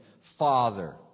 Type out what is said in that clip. Father